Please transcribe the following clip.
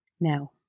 Now